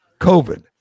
COVID